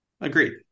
Agreed